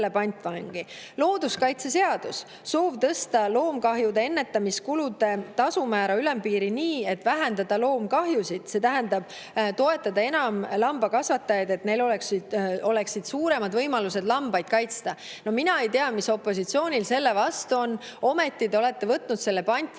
Looduskaitseseadus: soov tõsta loomkahjude ennetamise kulude tasu määra ülempiiri nii, et vähendada loomkahjusid, see tähendab, et toetada enam lambakasvatajaid, et neil oleksid suuremad võimalused lambaid kaitsta. No mina ei tea, mis opositsioonil selle vastu on, ometi te olete võtnud selle pantvangi,